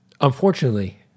Unfortunately